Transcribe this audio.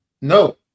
No